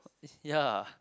ya